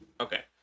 Okay